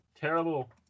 Terrible